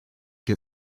get